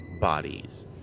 bodies